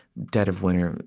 dead of winter,